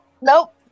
Nope